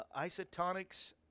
isotonics